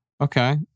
Okay